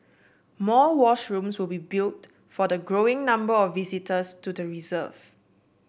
more washrooms will be built for the growing number of visitors to the reserve